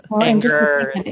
anger